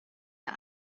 der